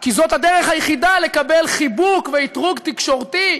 כי זו הדרך היחידה לקבל חיבוק ואִתרוג תקשורתי.